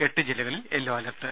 എട്ട് ജില്ലകളിൽ yellow alert